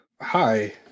hi